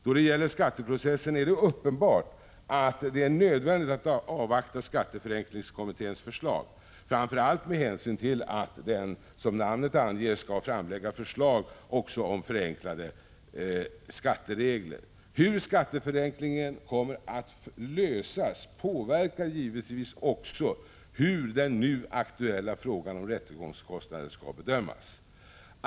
Då det gäller skatteprocessen är det uppenbart att det är nödvändigt att avvakta skatteförenklingskommitténs förslag — framför allt med hänsyn till att den, som namnet anger, skall framlägga förslag också om förenklade skatteregler. Hur frågan om skatteförenklingen kommer att lösas påverkar givetvis också hur den nu aktuella frågan om rättegångskostnaderna skall bedömas.